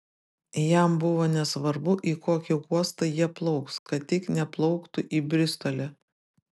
jam buvo nesvarbu į kokį uostą jie plauks kad tik neplauktų į bristolį